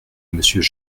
monsieur